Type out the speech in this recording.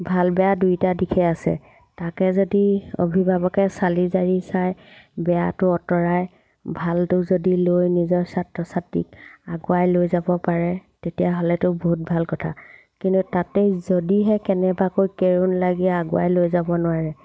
ভাল বেয়া দুয়োটা দিশে আছে তাকে যদি অভিভাৱকে চালি জাৰি চাই বেয়াটো আঁতৰাই ভালটো যদি লৈ নিজৰ ছাত্ৰ ছাত্ৰীক আগুৱাই লৈ যাব পাৰে তেতিয়াহ'লেতো বহুত ভাল কথা কিন্তু তাতে যদিহে কেনেবাকৈ কেৰুণ লাগি আগুৱাই লৈ যাব নোৱাৰে